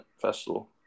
Festival